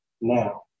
now